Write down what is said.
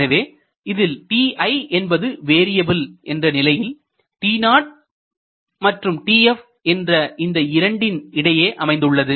எனவே இதில் ti என்பது வேரியபில் என்ற நிலையில் t0 மற்றும் tf என்ற இந்த இரண்டின் இடையே அமைந்துள்ளது